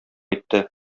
итте